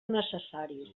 necessaris